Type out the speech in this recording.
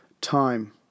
Time